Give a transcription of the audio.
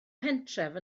pentref